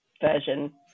version